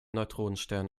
neutronenstern